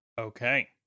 okay